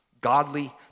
godly